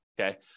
okay